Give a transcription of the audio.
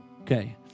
Okay